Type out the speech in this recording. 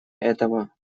этого